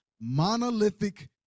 monolithic